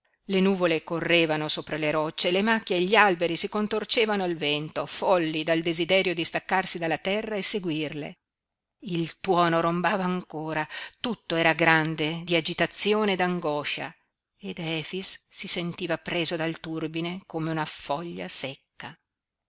le nuvole correvano sopra le rocce e le macchie e gli alberi si contorcevano al vento folli dal desiderio di staccarsi dalla terra e seguirle il tuono rombava ancora tutto era grande di agitazione e d'angoscia ed efix si sentiva preso dal turbine come una foglia secca